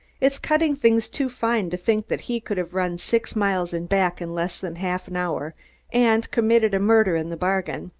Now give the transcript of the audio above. it's cutting things too fine to think that he could have run six miles and back in less than half an hour and committed a murder in the bargain.